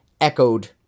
echoed